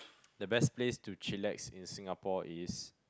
the best place to chillax in Singapore is